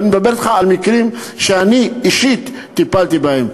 ואני מדבר אתך על מקרים שאני אישית טיפלתי בהם.